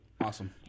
Awesome